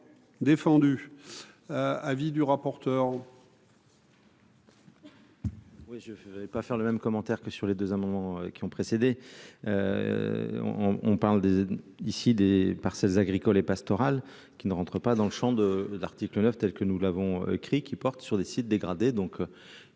défendu avis du rapporteur.